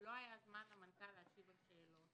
לא היה זמן למנכ"ל להשיב על שאלות,